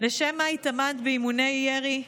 לשם מה הוא התאמן באימוני ירי,